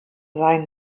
seinen